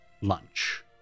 lunch